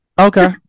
Okay